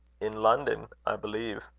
in london, i believe.